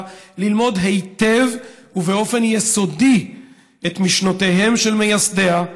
ללמוד היטב ובאופן יסודי את משנותיהם של מייסדיה,